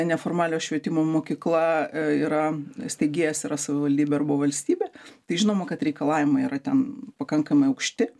neformaliojo švietimo mokykla yra steigėjas yra savivaldybė arba valstybė tai žinoma kad reikalavimai yra ten pakankamai aukšti